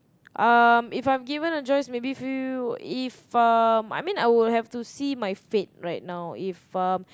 um if I'm given a choice maybe few if um I mean I would have to see my fate right now if um